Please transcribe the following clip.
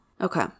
Okay